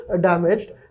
damaged